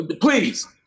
Please